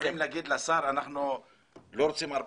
אנחנו יכולים להגיד לשר אנחנו לא רוצים 14,